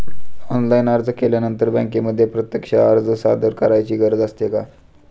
Online अर्ज केल्यानंतर बँकेमध्ये प्रत्यक्ष अर्ज सादर करायची गरज असते का?